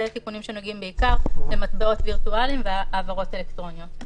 תיקונים שנוגעים בעיקר למטבעות וירטואליים והעברות אלקטרוניות.